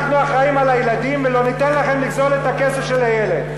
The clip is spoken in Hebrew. אנחנו אחראים לילדים ולא ניתן לכם לגזול את הכסף של הילד.